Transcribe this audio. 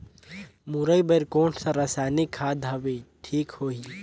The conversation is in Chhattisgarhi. मुरई बार कोन सा रसायनिक खाद हवे ठीक होही?